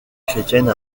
chrétienne